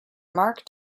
marc